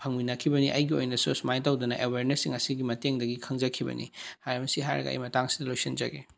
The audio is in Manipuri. ꯐꯪꯃꯤꯟꯅꯈꯤꯕꯅꯤ ꯑꯩꯒꯤ ꯑꯣꯏꯅꯁꯨ ꯑꯁꯨꯃꯥꯏ ꯇꯧꯗꯅ ꯑꯦꯋꯥꯔꯅꯦꯁꯁꯤꯡ ꯑꯁꯤꯒꯤ ꯃꯇꯦꯡꯗꯒꯤ ꯈꯪꯖꯈꯤꯕꯅꯤ ꯃꯁꯤ ꯍꯥꯏꯔꯒ ꯑꯩ ꯃꯇꯥꯡꯁꯤꯗ ꯂꯣꯏꯁꯤꯟꯖꯔꯒꯦ